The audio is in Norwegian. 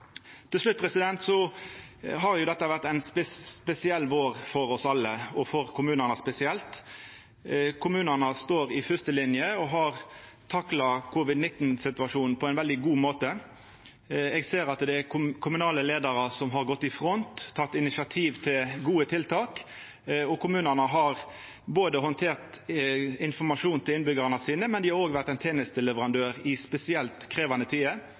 Til slutt har jo dette vore ein spesiell vår for oss alle, for kommunane spesielt. Kommunane står i fyrsteline og har takla covid-19-situasjonen på ein veldig god måte. Eg ser det er kommunale leiarar som har gått i front og teke initiativ til gode tiltak. Og kommunane har både handtert informasjon til innbyggjarane sine og dei har vore ein tenesteleverandør i spesielt krevjande tider.